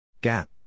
Gap